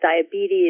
diabetes